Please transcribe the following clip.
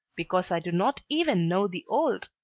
because i do not even know the old,